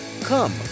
Come